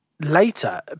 Later